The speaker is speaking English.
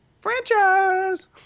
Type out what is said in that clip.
Franchise